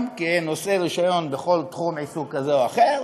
כנושאי רישיון בכל תחום עיסוק כזה או אחר,